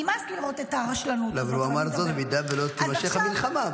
נמאס לראות את הרשלנות -- הוא אמר זאת במידה שלא תימשך המלחמה,